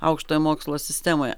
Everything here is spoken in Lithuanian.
aukštojo mokslo sistemoje